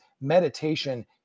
meditation